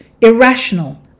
irrational